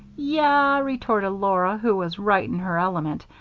yah, retorted laura, who was right in her element,